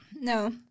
No